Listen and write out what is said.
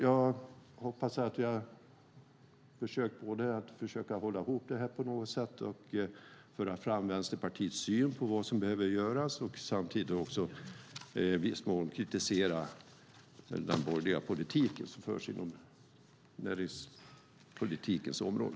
Jag har försökt hålla ihop det här på något sätt, och jag hoppas att jag har kunnat föra fram Vänsterpartiets syn på vad som behöver göras och samtidigt i viss mån kritisera den borgerliga politik som förs på näringspolitikens område.